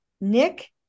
Nick